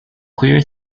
queer